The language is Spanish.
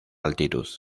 altitud